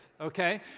okay